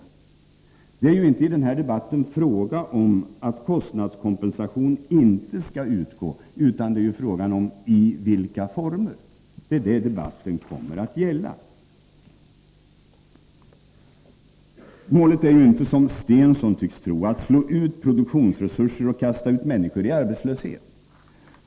Det är ju inte fråga om att kostnadskompensation inte skall utgå utan i vilka former den skall utgå. Det är det debatten kommer att gälla. Målet är inte, som Börje Stensson tycks tro, att slå ut produktionsresurser och kasta ut människor i arbetslöshet.